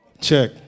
Check